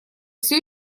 все